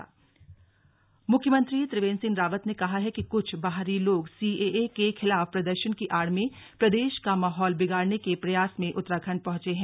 CAA Dehradun मुख्यमंत्री त्रिवेंद्र सिंह रावत ने कहा है कि कुछ बाहरी लोग सीएए के खिलाफ प्रदर्शन की आड़ में प्रदेश का माहौल बिगाड़ने के प्रयास में उत्तराखंड पहुंचे हैं